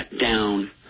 down